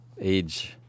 age